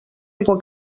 aigua